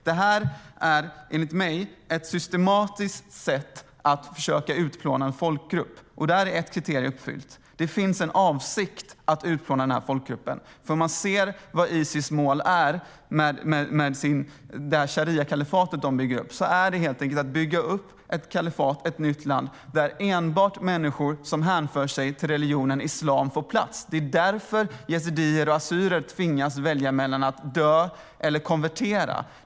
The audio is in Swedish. Det här är enligt mig ett systematiskt sätt att försöka utplåna en folkgrupp. Där är ett kriterium uppfyllt: Det finns en avsikt att utplåna denna folkgrupp. Isis mål med det shariakalifat de bygger upp är helt enkelt att bygga upp ett kalifat, ett nytt land, där enbart människor som hänför sig till religionen islam får plats. Det är därför yazidier och assyrier tvingas välja mellan att dö och att konvertera.